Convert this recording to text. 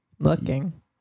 Looking